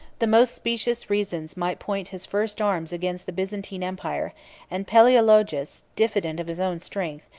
the most specious reasons might point his first arms against the byzantine empire and palaeologus, diffident of his own strength,